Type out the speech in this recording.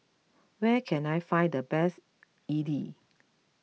where can I find the best Idly